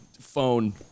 phone